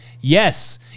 yes